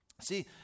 See